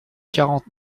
quarante